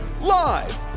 Live